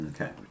Okay